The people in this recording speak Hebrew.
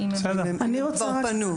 אם הם כבר פנו.